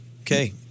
Okay